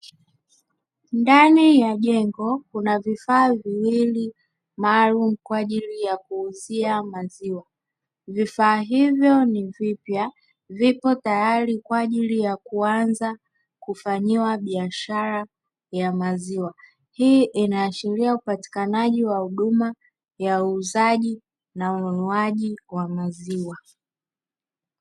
Ndani ya jengo kuna vifaa viwili maalumu kwa ajili ya kuuzia maziwa, vifaa hivyo ni vipya vipo tayari kwa ajili ya kuanza kufanyiwa biashara ya maziwa, hii inaashiria upatikanaji wa huduma ya uuzaji na ununuaji wa maziwa.